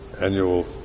annual